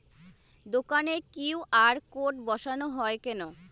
দোকানে QR code বসানো হয় কেন?